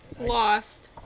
Lost